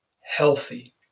healthy